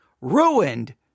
ruined